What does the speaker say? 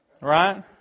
Right